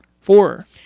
Four